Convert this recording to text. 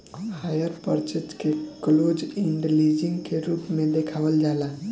hire purchase के close end leasing के रूप में देखावल जाला